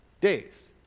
days